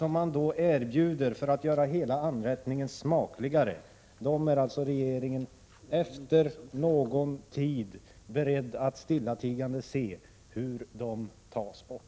Man erbjuder fördelar för att göra anrättningen smakligare, men efter någon tid är regeringen beredd att stillatigande se hur de tas bort.